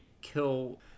kill